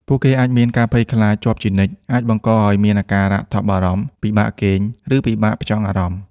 ពួកគេអាចមានការភ័យខ្លាចជាប់ជានិច្ចអាចបង្កឱ្យមានអាការៈថប់បារម្ភ ពិបាកគេង ឬពិបាកផ្ចង់អារម្មណ៍។